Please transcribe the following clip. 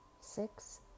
six